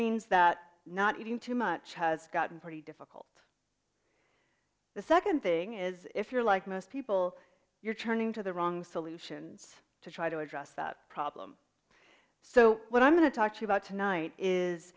means that not eating too much has gotten pretty difficult the second thing is if you're like most people you're turning to the wrong solutions to try to address that problem so what i'm going to talk to you about tonight is